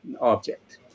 object